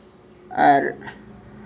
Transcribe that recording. ᱟᱨ